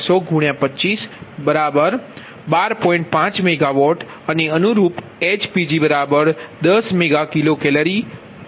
5 MW અને અનુરૂપHPg10 MkcalMWhr